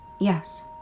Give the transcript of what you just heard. Yes